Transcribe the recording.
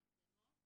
את המצלמות,